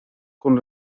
con